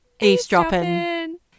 eavesdropping